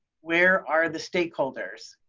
where are the stakeholders?